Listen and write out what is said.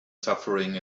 suffering